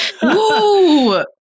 Whoa